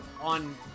on